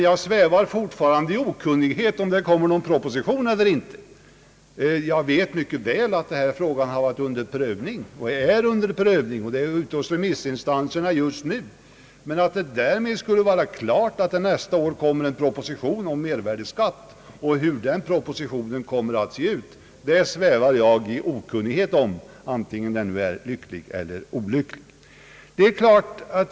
Jag svävar dock fortfarande i okunnighet om huruvida det kommer någon Proposition eller inte. Jag vet mycket väl, att denna fråga har varit och är under prövning. Den är ute hos remissinstanserna just nu. Men huruvida det nästa år kommer en proposition om mervärdeskatt och hur den i så fall ser ut, därom svävar jag i okunnighet — antingen det nu är lyckligt eller olyckligt.